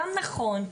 גם נכון,